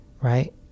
right